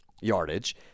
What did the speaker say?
yardage